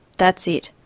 that's it.